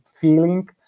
feeling